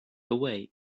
away